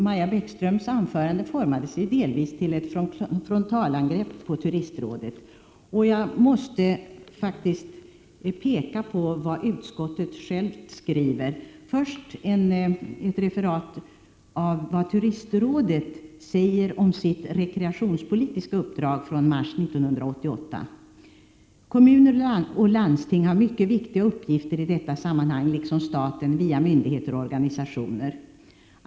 Maja Bäckströms anförande formade sig delvis till ett frontalangrepp på Turistrådet. Jag måste faktiskt peka på vad utskottet självt skriver. Först gör utskottet ett referat av vad Turistrådet säger om sitt rekreationspolitiska uppdrag från mars 1988: ”Kommuner och landsting har mycket viktiga uppgifter i detta sammanhang liksom staten via myndigheter och organisationer ———.